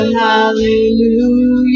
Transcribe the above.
hallelujah